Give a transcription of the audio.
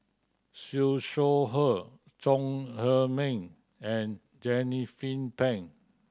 Siew Shaw Her Chong Heman and